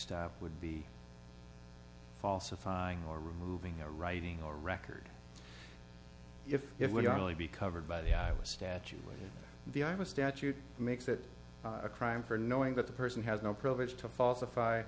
stop would be falsifying or removing a writing or record if it would only be covered by the iowa statute with the i'm a statute makes it a crime for knowing that the person has no privilege to falsify